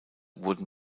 wurden